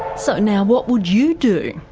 so now what would you do?